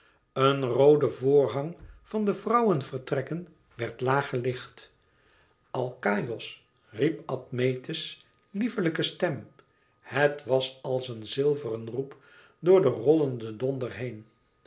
een roode voorhang van de vrouwenvertrekken werd laag gelicht alkaïos riep admete's lieflijke stem het was als een zilveren roep door den rollenden donder heen